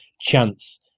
chance